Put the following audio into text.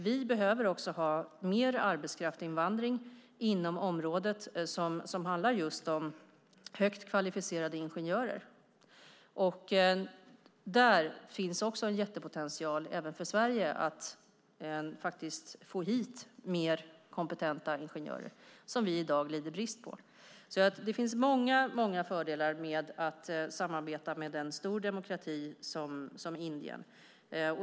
Vi behöver också ha mer arbetskraftsinvandring inom området som handlar just om högt kvalificerade ingenjörer. Där finns en stor potential även för Sverige, när det gäller att få hit fler kompetenta ingenjörer, något som vi i dag lider brist på. Det finns alltså många fördelar med att samarbeta med en stor demokrati som Indien.